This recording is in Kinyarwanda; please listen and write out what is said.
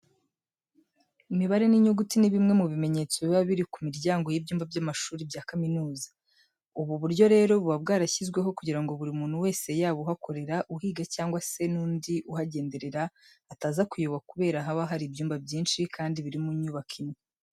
Imibare n'inyuguti ni bimwe mu bimenyetso biba biri ku miryango y'ibyumba by'amashuri bya kaminuza. Ubu buryo rero, buba bwarashyizweho kugira ngo buri muntu wese yaba uhakorera, uhiga cyangwa se n'undi uhagenderera ataza kuyoba kubera haba hari ibyumba byinshi, kandi biri mu nyubako imwe.